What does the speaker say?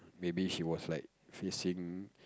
maybe she was like facing